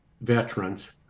veterans